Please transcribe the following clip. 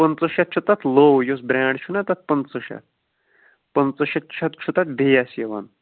پٕنٛژٕہ شیٚتھ چھُ تَتھ لو یُس بریٚنٛڈ چھُنہ تَتھ پٕنٛژٕہ شیٚتھ پٕنٛژٕہ شیٚتھ چھِ تَتھ بیس یِوان